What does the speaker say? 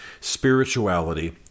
spirituality